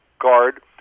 guard